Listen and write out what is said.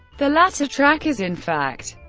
the latter track is, in fact,